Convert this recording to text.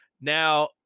now